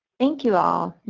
thank you all.